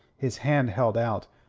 his hand held out.